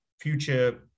future